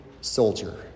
soldier